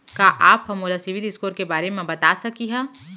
का आप हा मोला सिविल स्कोर के बारे मा बता सकिहा?